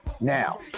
Now